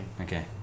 Okay